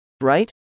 Right